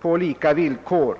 på lika villkor.